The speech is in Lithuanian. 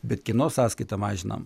bet kieno sąskaita mažinam